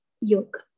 yoga